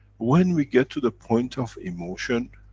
when we get to the point of emotion,